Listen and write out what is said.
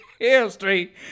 history